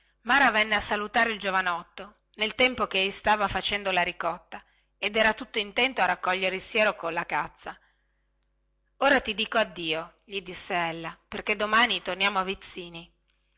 mara venne a salutare il giovanotto nel tempo che ei stava facendo la ricotta ed era tutto intento a raccogliere il siero colla cazza ora ti dico addio gli disse ella poichè domani torniamo a vizzini